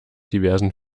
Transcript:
diversen